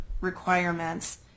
requirements